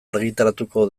argitaratuko